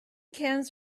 cans